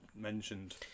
mentioned